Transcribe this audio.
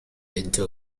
into